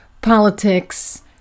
politics